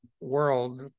world